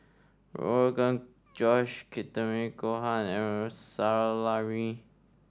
Rogan Josh Takikomi Gohan Salami